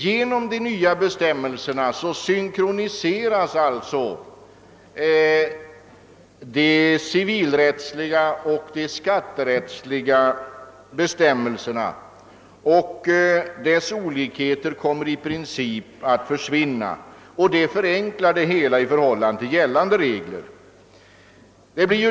Genom de nya bestämmelserna synkroniseras alltså de civilrättsliga och de skatterättsliga bestämmelserna och olikheterna kommer i princip att försvinna, Det förenklar hela förfarandet jämfört med nu gällande regler.